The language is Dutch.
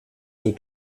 toe